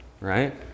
right